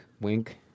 wink